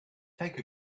take